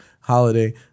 holiday